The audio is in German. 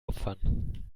opfern